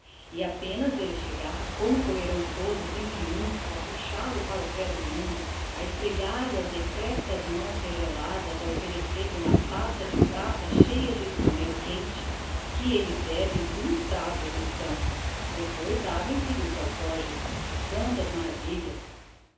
e apenas elle chegar como correrão todos em triumpho a puxal o para o pé do lume a esfregar lhe as decrepitas mãos regeladas a offerecer-lhe uma taça de prata cheia de hidromel quente que elle bebe d'um trago o glutão depois abrem se lhe os alforges quantas maravilhas